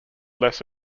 less